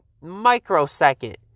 microsecond